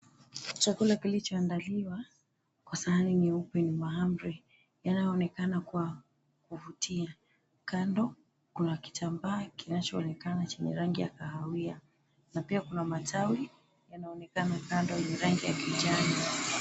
Chakula kilichoandaliwa kwa sahani nyeupe ni wa mahamri yanaonekana kwa kuvutia. Kando kuna kitambaa kinachoonekana chenye rangi ya kahawia na pia kuna matawi yanaonekana kando yenye rangi ya kijani.